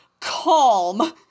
calm